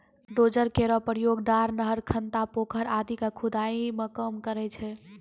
dozer केरो प्रयोग डार, नहर, खनता, पोखर आदि क खुदाई मे काम करै छै